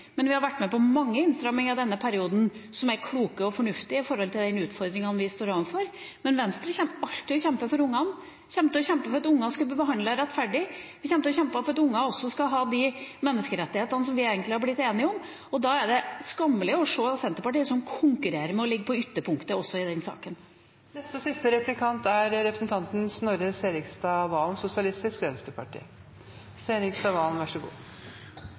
Vi har vært med på mange innstramminger denne perioden som er kloke og fornuftige i forhold til de utfordringene vi står overfor, men Venstre kommer alltid til å kjempe for ungene. Vi kommer til å kjempe for at ungene skal bli behandlet rettferdig. Vi kommer til å kjempe for at unger også skal ha de menneskerettighetene som vi egentlig har blitt enige om. Da er det skammelig å se at Senterpartiet konkurrerer om å ligge på ytterpunktet også i den